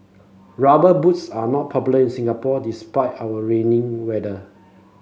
rubber boots are not popular in Singapore despite our rainy weather